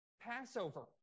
Passover